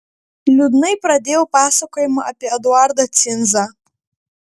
liūdnai pradėjau pasakojimą apie eduardą cinzą